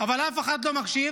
אבל אף אחד לא מקשיב